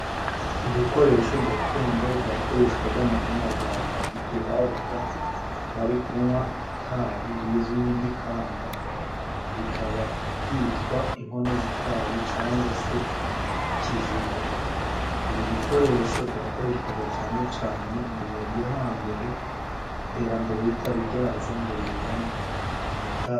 Ibikoresho gakondo byakoreshwaga n'abanyarwanda, igihe babaga bari kunywa itabi rizwi nk'igikamba, bikaba byitwa inkono z'itabi cyangawa se ikijigo, ibi bikoresho byakoreshwaga cyane cyane mu bihe byo hambere, iterambere ritari ryaza ngo rizane amatari.